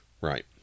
Right